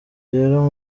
rero